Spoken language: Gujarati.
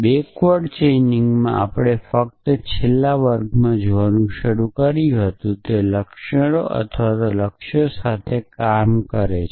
બેક્વર્ડ ચેઇનિંગ આપણે ફક્ત છેલ્લા વર્ગમાં જોવાનું શરૂ કર્યું તે લક્ષ્યો દ્વારા લક્ષ્યો સાથે કાર્ય કરે છે